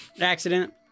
Accident